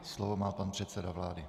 Slovo má pan předseda vlády.